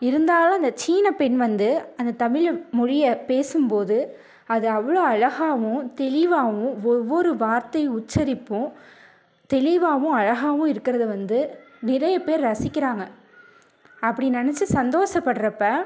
இருந்தாலும் அந்த சீனப்பெண் வந்து அந்த தமிழ்மொழியை பேசும்போது அதை அவ்வளோ அழகாவும் தெளிவாகவும் ஒவ்வொரு வார்த்தை உச்சரிப்பும் தெளிவாகவும் அழகாகவும் இருக்கறதை வந்து நிறைய பேர் ரசிக்கிறாங்க அப்படி நினச்சி சந்தோஷப்படுறப்போ